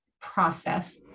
process